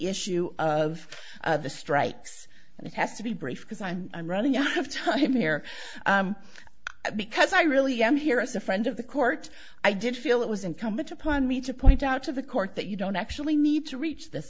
issue of the strikes and it has to be brief because i'm running out of time here because i really am here as a friend of the court i did feel it was incumbent upon me to point out to the court that you don't actually need to reach this